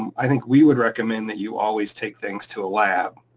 i think we would recommend that you always take things to a lab,